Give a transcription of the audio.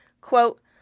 Quote